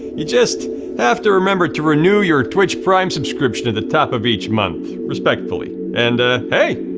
you just have to remember to renew your twitch prime subscription at the top of each month. respectfully. and hey.